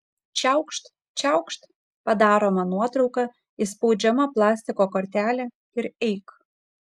čiaukšt čiaukšt padaroma nuotrauka išspaudžiama plastiko kortelė ir eik